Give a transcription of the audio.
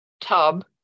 tub